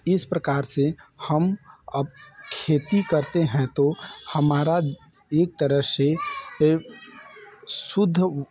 इस प्रकार से हम अप खेती करते हैं तो हमारा एक तरह शुद्ध